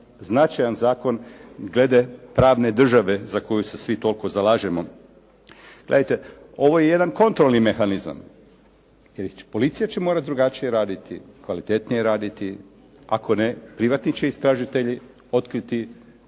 značajan zakon glede pravne države za koju se svi toliko zalažemo. Gledajte, ovo je jedan kontrolni mehanizam, jer policija će morati drugačije raditi kvalitetnije raditi. Ako ne privatni će istražitelji otkriti